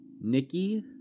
Nikki